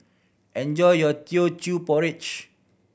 enjoy your Teochew Porridge